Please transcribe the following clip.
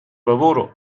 lavoro